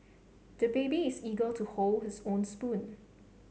the baby is eager to hold his own spoon